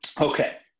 Okay